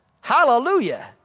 Hallelujah